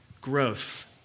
Growth